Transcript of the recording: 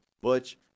Butch